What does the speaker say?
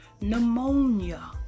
Pneumonia